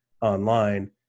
online